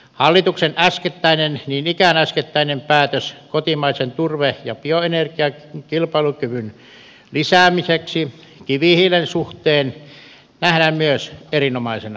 hallituksen niin ikään äskettäinen päätös kotimaisen turve ja bioenergian kilpailukyvyn lisäämiseksi kivihiilen suhteen nähdään myös erinomaisena asiana